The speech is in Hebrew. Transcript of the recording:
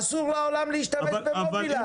אסור בעולם להשתמש במובילאיי.